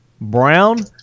Brown